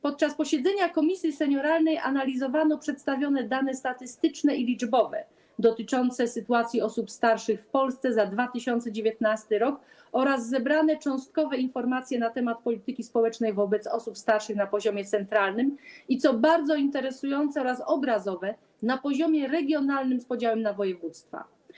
Podczas posiedzenia Komisji Polityki Senioralnej analizowano przedstawione dane statyczne i liczbowe dotyczące sytuacji osób starszych w Polsce za 2019 r. oraz zebrane cząstkowe informacje na temat polityki społecznej wobec osób starszych na poziomie centralnym, a także, co bardzo interesujące oraz obrazowe, na poziomie regionalnym z podziałem na województwa.